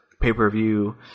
pay-per-view